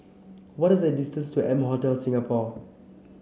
what is the distance to M Hotel Singapore